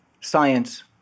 science